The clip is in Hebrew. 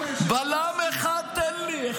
בלם אחד תן לי.